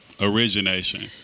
origination